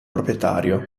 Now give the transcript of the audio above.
proprietario